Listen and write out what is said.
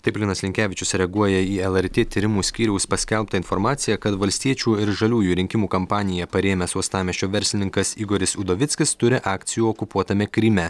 taip linas linkevičius reaguoja į lrt tyrimų skyriaus paskelbtą informaciją kad valstiečių ir žaliųjų rinkimų kampaniją parėmęs uostamiesčio verslininkas igoris udovickis turi akcijų okupuotame kryme